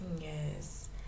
Yes